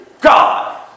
God